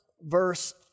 verse